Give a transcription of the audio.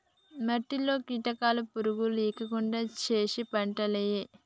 మట్టిలో కీటకాలు పురుగులు లేకుండా చేశి పంటేయాలే